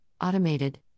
automated